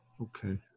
Okay